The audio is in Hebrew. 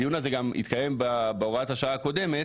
בדיון הזה גם התקיים בהוראת השעה הקודמת,